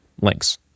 links